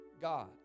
God